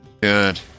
good